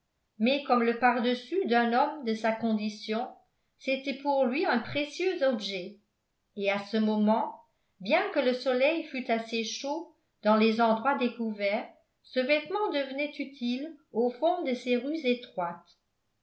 mais comme le pardessus d'un homme de sa condition c'était pour lui un précieux objet et à ce moment bien que le soleil fût assez chaud dans les endroits découverts ce vêtement devenait utile au fond de ces rues étroites